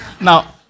Now